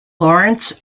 lawrence